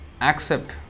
accept